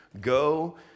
go